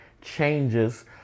changes